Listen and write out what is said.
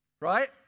Right